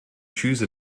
choose